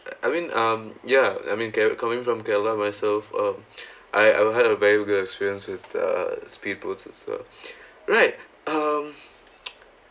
I mean um ya I mean ke~ coming from kerala myself uh I I'd had a very good experience with the speedboats as well right um